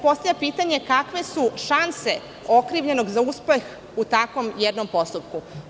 Postavlja se pitanje – kakve su šanse okrivljenog za uspeh u takvom jednom postupku?